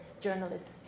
journalists